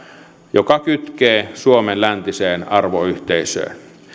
joka kytkee suomen läntiseen arvoyhteisöön